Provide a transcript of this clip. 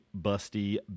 Busty